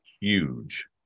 huge